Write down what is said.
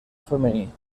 femení